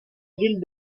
ville